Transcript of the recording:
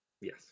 Yes